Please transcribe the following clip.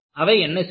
அவை என்ன செய்யும்